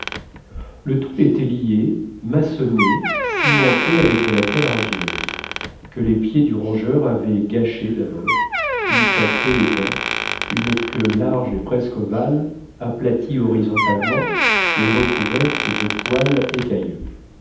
le tout était lié maçonné cimenté avec de la terre argileuse que les pieds du rongeur avaient gâchée d'abord puis sa queue aidant une queue large et presque ovale aplatie horizontalement et recouverte de poils